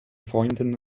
freunden